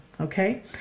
Okay